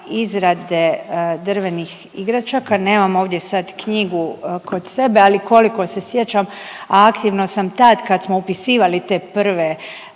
izrade drvenih igračaka, nemam ovdje sad knjigu kod sebe, ali koliko se sjećam, aktivno sam tad, kad smo upisivali te prve,